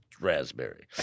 Raspberry